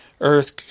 earth